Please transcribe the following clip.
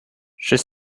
she